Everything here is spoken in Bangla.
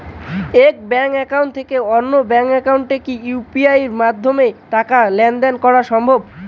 এক ব্যাংক একাউন্ট থেকে অন্য ব্যাংক একাউন্টে কি ইউ.পি.আই মাধ্যমে টাকার লেনদেন দেন সম্ভব?